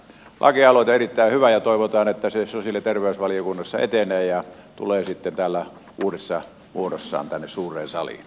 lakialoite on erittäin hyvä ja toivotaan että se sosiaali ja terveysvaliokunnassa etenee ja tulee sitten uudessa muodossaan tänne suureen saliin